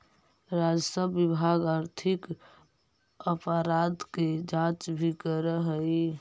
राजस्व विभाग आर्थिक अपराध के जांच भी करऽ हई